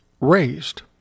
raised